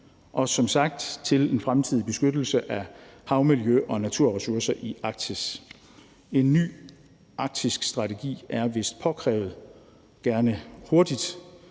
og som sagt til en fremtidig beskyttelse af havmiljøet og naturressourcerne i Arktis. En ny arktisk strategi er vist påkrævet, gerne hurtigt.